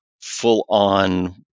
full-on